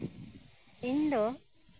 ᱤᱧ ᱫᱚ